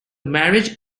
marriage